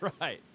Right